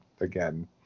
again